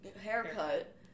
Haircut